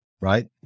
Right